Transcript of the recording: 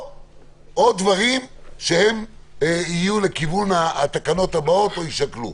או דברים שיהיו לכיוון התקנות הבאות או יישקלו.